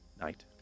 night